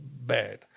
bad